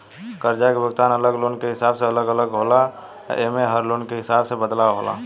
कर्जा के भुगतान अलग लोन के हिसाब से अलग अलग होला आ एमे में हर लोन के हिसाब से बदलाव होला